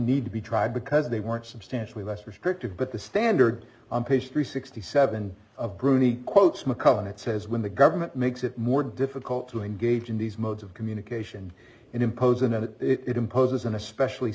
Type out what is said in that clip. need to be tried because they weren't substantially less restrictive but the standard on page three sixty seven of bruni quotes mckown it says when the government makes it more difficult to engage in these modes of communication in imposing that it imposes an especially